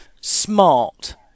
smart